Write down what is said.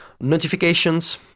notifications